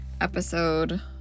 episode